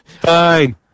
Fine